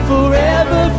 Forever